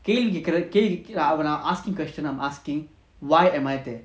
கேள்விகேக்குற:kelvi kekura asking question I'm asking why am I there